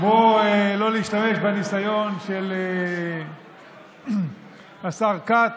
כמו לא להשתמש בניסיון של השר לשעבר כץ,